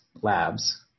labs